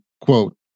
quote